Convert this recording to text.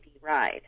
Ride